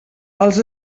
els